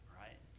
right